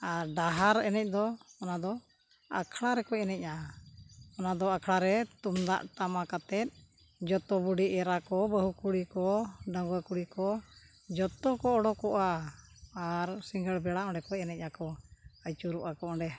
ᱟᱨ ᱰᱟᱦᱟᱨ ᱮᱱᱮᱡ ᱫᱚ ᱚᱱᱟ ᱫᱚ ᱟᱠᱷᱲᱟ ᱨᱮᱠᱚ ᱮᱱᱮᱡᱼᱟ ᱚᱱᱟ ᱫᱚ ᱟᱠᱷᱲᱟ ᱨᱮ ᱛᱩᱢᱫᱟᱜ ᱴᱟᱢᱟᱠ ᱟᱛᱮᱫ ᱡᱷᱚᱛᱚ ᱵᱩᱰᱷᱤ ᱮᱨᱟ ᱠᱚ ᱵᱟᱹᱦᱩ ᱠᱩᱲᱤ ᱠᱚ ᱰᱟᱹᱝᱜᱩᱣᱟᱹ ᱠᱩᱲᱤ ᱠᱚ ᱡᱷᱚᱛᱚ ᱠᱚ ᱩᱰᱩᱠᱚᱜᱼᱟ ᱟᱨ ᱥᱤᱸᱜᱟᱹᱲ ᱵᱮᱲᱟ ᱚᱸᱰᱮ ᱠᱚ ᱮᱱᱮᱡ ᱟᱠᱚ ᱟᱹᱪᱩᱨᱚᱜᱼᱟ ᱠᱚ ᱚᱸᱰᱮ